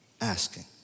asking